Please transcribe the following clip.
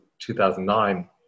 2009